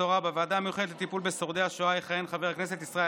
התורה בוועדה המיוחדת לטיפול בשורדי השואה יכהן חבר הכנסת ישראל